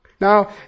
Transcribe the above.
Now